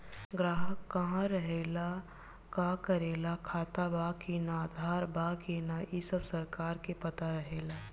ग्राहक कहा रहेला, का करेला, खाता बा कि ना, आधार बा कि ना इ सब सरकार के पता रहेला